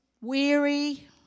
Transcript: weary